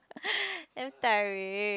damn tiring